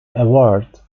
award